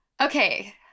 Okay